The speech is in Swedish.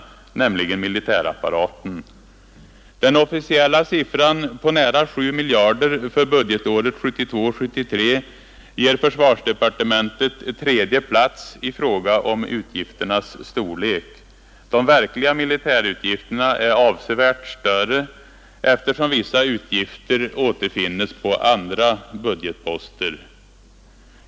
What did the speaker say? Den officiella siffran på nära 7 miljarder kronor för budgetåret 1972/73 ger försvarsdepartementet tredje platsen i fråga om utgifternas storlek. De verkliga militärutgifterna är avsevärt större, eftersom vissa utgifter återfinns på andra budgetposter.